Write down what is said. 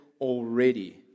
already